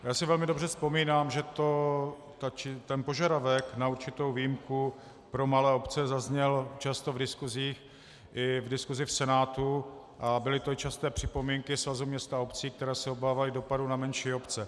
Já si velmi dobře vzpomínám, že požadavek na určitou výjimku pro malé obce zazněl často v diskusích i v diskusích Senátu a byly to časté připomínky Svazu měst a obcí, které se obávaly dopadu na menší obce.